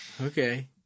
Okay